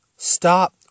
Stop